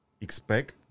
expect